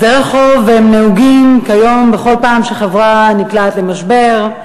הסדרי חוב נהוגים כיום בכל פעם שחברה נקלעת למשבר,